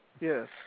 Yes